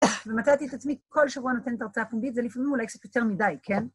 ומצאתי את עצמי כל שבוע נותנת הרצאה פומבית, זה לפעמים אולי קצת יותר מדי, כן?